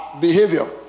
behavior